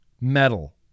metal